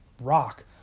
rock